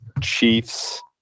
Chiefs